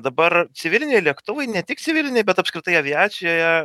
dabar civiliniai lėktuvai ne tik civiliniai bet apskritai aviacijoje